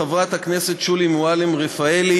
חברת הכנסת שולי מועלם-רפאלי.